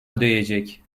ödeyecek